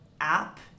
app